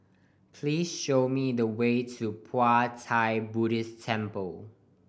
please show me the way to Pu Buddhist Temple